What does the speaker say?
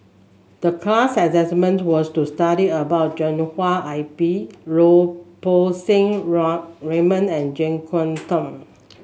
the class assignment was to study about Joshua I P Lau Poo Seng Raymond and JeK Yeun Thong